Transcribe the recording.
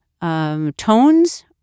tones